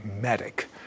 medic